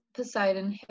Poseidon